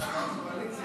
התכוונת.